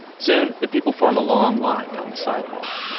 soon, the people form a long line down the sidewalk.